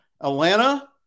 Atlanta